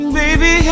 baby